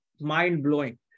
mind-blowing